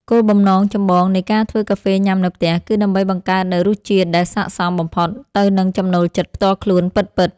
គោលបំណងចម្បងនៃការធ្វើកាហ្វេញ៉ាំនៅផ្ទះ គឺដើម្បីបង្កើតនូវរសជាតិដែលស័ក្តិសមបំផុតទៅនឹងចំណូលចិត្តផ្ទាល់ខ្លួនពិតៗ។